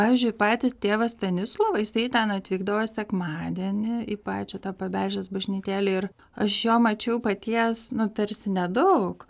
pavyzdžiui patį tėvą stanislovą jisai ten atvykdavo sekmadienį į pačią tą paberžės bažnytėlę ir aš jo mačiau paties nu tarsi nedaug